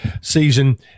season